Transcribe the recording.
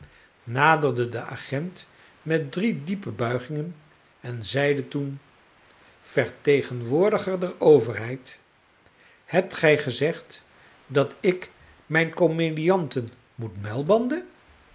naderde den agent met drie diepe buigingen en zeide toen vertegenwoordiger der overheid hebt gij gezegd dat ik mijn komedianten moet muilbanden